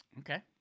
Okay